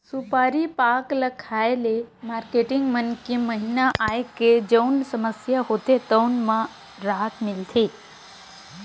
सुपारी पाक ल खाए ले मारकेटिंग मन के महिना आए के जउन समस्या होथे तउन म राहत मिलथे